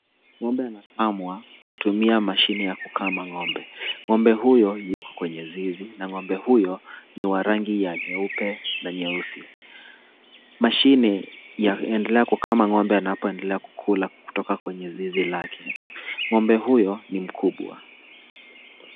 Ng'ombe anakamwa kutumia mashine ya kukama ng'ombe. Ng'ombe huyo yuko kwenye zizi na ng'ombe huyo ni wa rangi ya nyeusi na nyeupe. Mashine yaendelea kukama ng'ombe anapoendelea kukula kutoka kwenye zizi lake. Ng'ombe huyo ni mkubwa.